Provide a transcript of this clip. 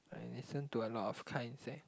I listen to a lot of kinds eh